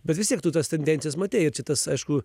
bet vis tiek tu tas tendencijas matei ir čia tas aišku